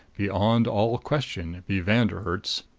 beyond all question, be von der herts,